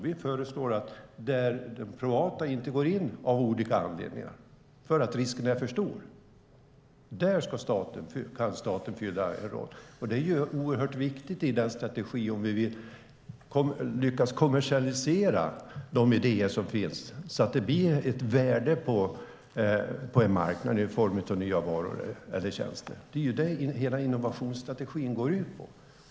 Vi föreslår att där det privata av olika anledningar inte går in - därför att riskerna är för stora - kan staten fylla en roll. Det är oerhört viktigt i strategin, om vi lyckas kommersialisera de idéer som finns så att det blir ett värde på en marknad i form av nya varor och tjänster. Det är vad hela innovationsstrategin går ut på.